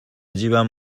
جیبم